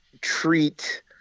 treat